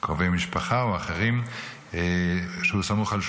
קרובי משפחה, או אחרים שהוא סמוך על שולחנם,